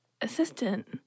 assistant